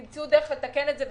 תמצאו דרך לתקן את זה,